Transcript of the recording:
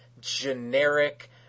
generic